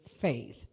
faith